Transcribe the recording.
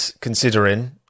considering